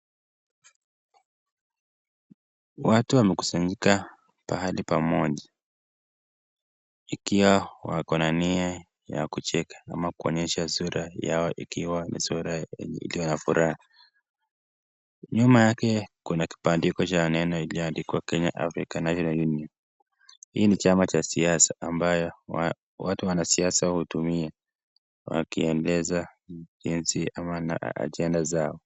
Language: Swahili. Watu wamekusanyika pahali pamoja ikiwa wako na nia ya kucheka ama kuonyesha sura yao ikiwa sura iliyo na furaha. Nyuma yake kuba kibandiko cha neno iliyoandikwa Kenya African National Union. Hii ni chama cha siasa ambayo watu wanasiasa hutumia wakiendesha ujenzi ama ajenda zao.